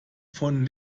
von